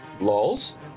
lols